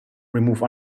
remove